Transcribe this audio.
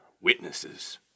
witnesses